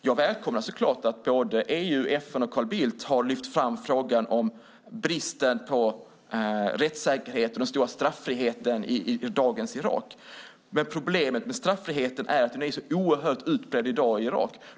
Jag välkomnar så klart att både EU, FN och Carl Bildt har lyft fram frågan om bristen på rättssäkerhet och den stora straffriheten i dagens Irak. Men problemet med straffriheten är att den i dag är så oerhört utbredd i Irak.